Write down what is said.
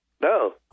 No